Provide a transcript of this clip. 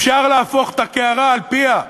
אפשר להפוך את הקערה על פיה.